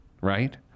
Right